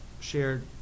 shared